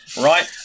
Right